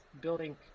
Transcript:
building